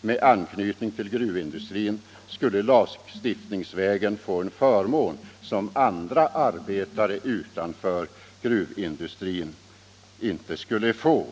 med anknytning till gruvindistrin skulle lagstiftningsvägen få en förmån som andra arbetare utanför gruvindustrin inte skulle få.